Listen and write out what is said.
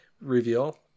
reveal